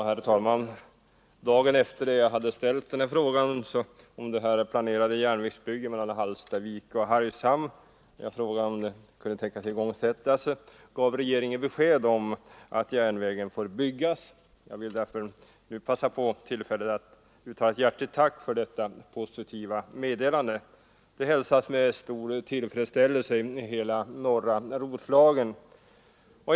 Herr talman! Dagen efter det jag ställt frågan om när det planerade järnvägsbygget Hallstavik-Hargshamn kunde tänkas igångsättas gav regeringen besked om att järnvägen får byggas. Jag vill därför nu passa på tillfället att uttala ett hjärtligt tack för detta positiva meddelande. Det hälsas med stor tillfredsställelse i hela norra Roslagen.